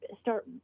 start